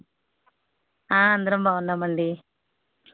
అందరం బాగున్నామండి